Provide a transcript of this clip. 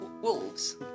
wolves